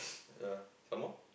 uh some more